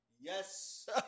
yes